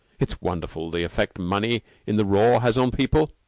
it's wonderful, the effect money in the raw has on people.